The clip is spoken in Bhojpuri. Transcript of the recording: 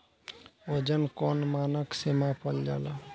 वजन कौन मानक से मापल जाला?